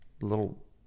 little